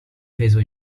peso